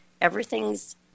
Everything's